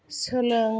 सोलों